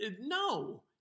No